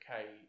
okay